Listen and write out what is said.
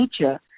nature